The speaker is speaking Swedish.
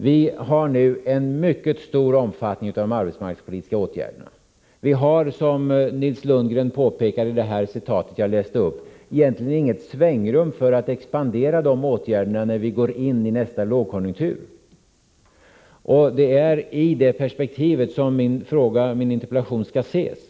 De arbetsmarknadspolitiska åtgärderna har nu en mycket stor omfattning. Vi har, som Nils Lundgren påpekade i det citat som jag läste upp, egentligen inget svängrum för att expandera de åtgärderna när vi går in i nästa lågkonjunktur. Det är i det perspektivet som min interpellation skall ses.